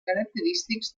característics